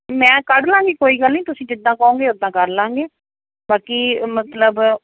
ਮੈਂ ਕੱਢ ਲਵਾਂਗੀ ਕੋਈ ਗੱਲ ਨਹੀਂ ਤੁਸੀਂ ਜਿੱਦਾਂ ਕਹੋਗੇ ਉੱਦਾਂ ਕਰ ਲਵਾਂਗੇ ਬਾਕੀ ਮਤਲਬ